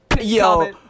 Yo